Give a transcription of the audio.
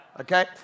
Okay